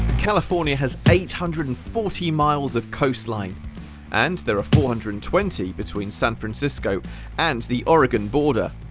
california has eight hundred and forty miles of coastline and there are four hundred and twenty between san francisco and the oregon border,